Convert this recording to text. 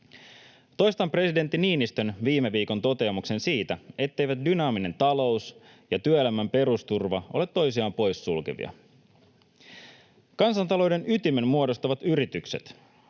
Toistan presidentti Niinistön viime viikon toteamuksen siitä, etteivät dynaaminen talous ja työelämän perusturva ole toisiaan poissulkevia. Kansantalouden ytimen muodostavat yritykset.